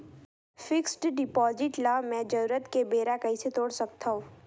Fixed deposit ल मैं जरूरत के बेरा कइसे तोड़ सकथव?